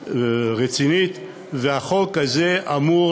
ורצינית, והחוק הזה אמור